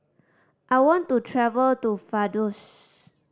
I want to travel to Vaduz